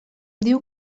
diu